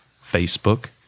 Facebook